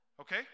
Okay